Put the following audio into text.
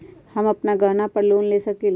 हम अपन गहना पर लोन ले सकील?